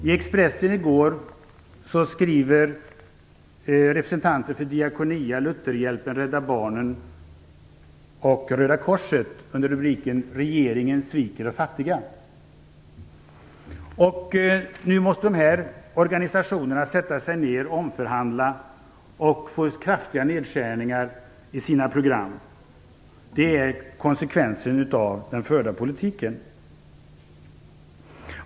I Expressen i går skriver representanter för Diakonia, Lutherhjälpen, Rädda barnen och Röda korset under rubriken Regeringen sviker de fattiga. Nu måste dessa organisationer sätta sig ner och omförhandla och få kraftiga nedskärningar i sina program. Det är konsekvensen av den förda politiken.